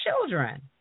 children